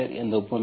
11xy2